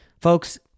Folks